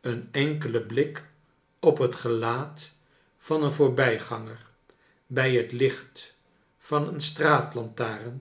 een enkele blik op het gelaat van een voorbij ganger bij het licht van eene